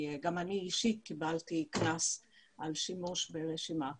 גם אני אישית קיבלתי קנס על שימוש ברשימה כזאת.